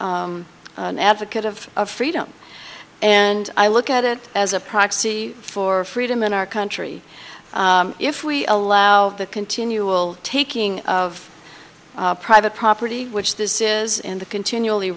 am an advocate of freedom and i look at it as a proxy for freedom in our country if we allow the continual taking of private property which this is in the continually